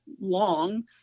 long